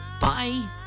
Bye